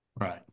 Right